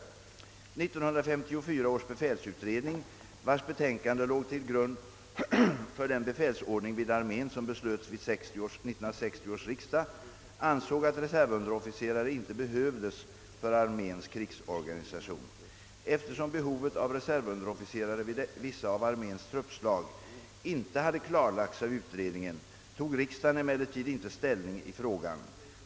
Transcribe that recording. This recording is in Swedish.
1954 års befälsutredning, vars betänkande låg till grund för den befälsordning vid armén som beslöts vid 1960 års riksdag, ansåg att reservunderofficerare inte behövdes för arméns krigsorganisation. Eftersom behovet av reservunderofficerare vid vissa av arméns truppslag inte hade klarlagts av utred ningen, tog riksdagen emellertid inte ställning i frågan.